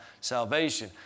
salvation